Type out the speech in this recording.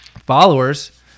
Followers